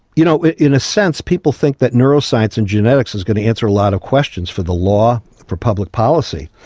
you know in a sense people think that neuroscience and genetics is going to answer a lot of questions for the law, for public policy.